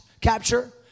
capture